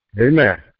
Amen